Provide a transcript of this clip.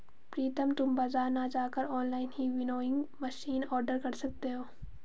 प्रितम तुम बाजार ना जाकर ऑनलाइन ही विनोइंग मशीन ऑर्डर कर सकते हो